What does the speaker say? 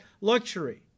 luxury